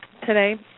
today